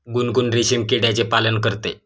गुनगुन रेशीम किड्याचे पालन करते